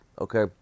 okay